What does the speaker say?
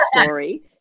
story